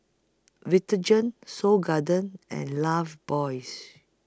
Vitagen Seoul Garden and Lifebuoys